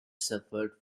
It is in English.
suffered